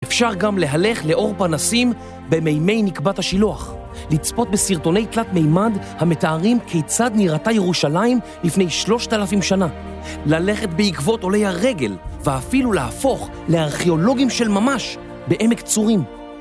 אפשר גם להלך לאור פנסים במימי נקבת השילוח, לצפות בסרטוני תלת מימד המתארים כיצד ניראתה ירושלים לפני שלושת אלפים שנה, ללכת בעקבות עולי הרגל ואפילו להפוך לארכיאולוגים של ממש בעמק צורים.